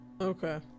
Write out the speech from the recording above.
okay